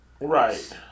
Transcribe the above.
Right